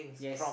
yes